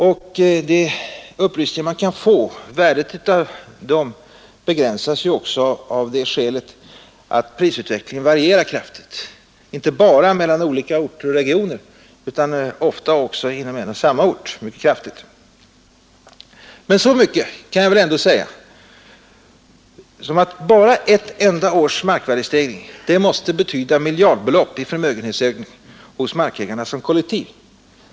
Värdet av de upplysningar man kan få begränsas också av att prisutvecklingen varierar mycket kraftigt inte bara mellan olika orter och regioner utan ofta också inom en och samma ort. Men så mycket kan jag väl ändå säga som att bara ett enda års markvärdestegring måste betyda miljardbelopp i förmögenhetsökning hos markägarna som kollektiv.